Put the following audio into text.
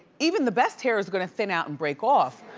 even the best hair is gonna thin out and break off.